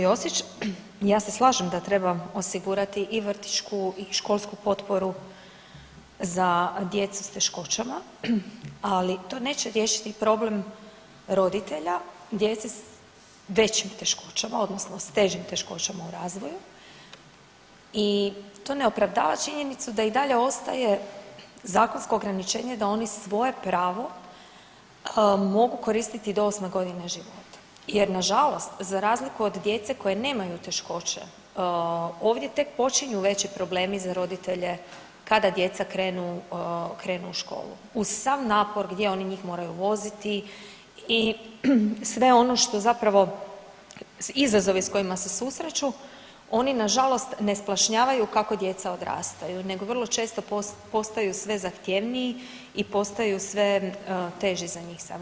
Josić, ja se slažem da treba osigurati i vrtićku i školsku potporu za djecu s teškoćama, ali to neće riješiti problem roditelja djece s većim teškoćama, odnosno s težim teškoćama u razvoju i to ne opravdava činjenicu da i dalje ostaje zakonsko ograničenje da oni svoje pravo mogu koristiti do 8. godine života jer nažalost, za razliku od djece koje nemaju teškoće, ovdje tek počinju veći problemi za roditelje kada djeca krenu u školu, uz sav napor gdje oni njih moraju voziti i sve ono što zapravo izazove s kojima se susreću, oni nažalost ne splašnjavaju kako djeca odrastaju nego vrlo često postaju sve zahtjevniji i postaju sve teži za njih same.